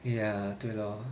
ya 对咯